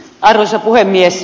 arvoisa puhemies